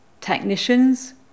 technicians